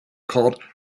called